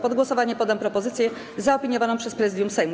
Pod głosowanie poddam propozycję zaopiniowaną przez Prezydium Sejmu.